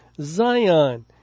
Zion